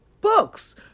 books